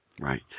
Right